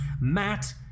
Matt